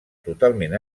totalment